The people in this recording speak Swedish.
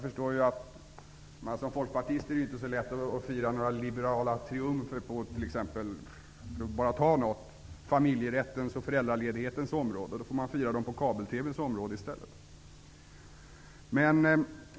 För en folkpartist är det ju inte så lätt att fira några liberala triumfer på t.ex. familjerättens och föräldraledighetens område, och då får man fira dem på kabel-TV:ns område i stället.